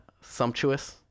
sumptuous